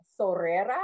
Sorera